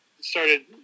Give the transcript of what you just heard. started